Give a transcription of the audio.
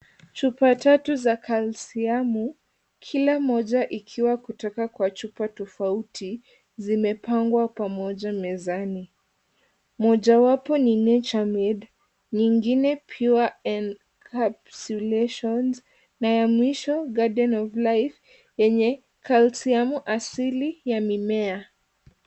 Chupa tatu za calcuim kila moja ikiwa na chupa tofauti zimepangwa pamoja mezani. Moja wapo ni Nature Made, nyingine Pure Elcapsulations na ya mwisho, Garden Of Life yenye calcium[cs[ asili ya mimea.